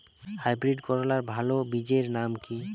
Hybrid করলার ভালো বীজের নাম কি?